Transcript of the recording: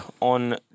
on